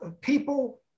people